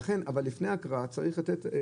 אבל לפני ההקראה צריך לתת זמן.